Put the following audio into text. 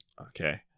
Okay